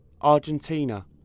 Argentina